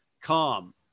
calm